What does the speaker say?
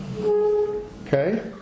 Okay